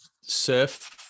surf